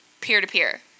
peer-to-peer